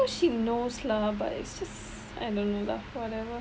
she knows lah but it's just I don't know lah whatever